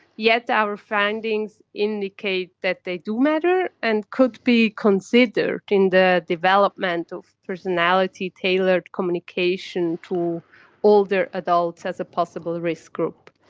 yet our findings indicate that they do matter and could be considered in the development of personality-tailored communication to older adults as a possible risk group.